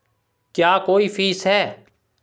क्या कोई फीस है?